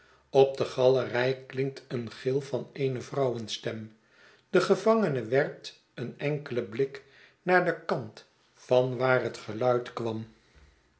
op de galerij klinkt een gil van eene vrouwenstem de gevangene werpt een enkelen blik naar den kant van waar het geluid kwam